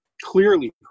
clearly